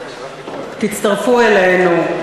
תצטרפו אלינו,